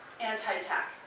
anti-tech